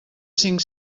cinc